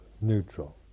neutral